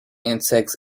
insects